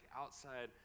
outside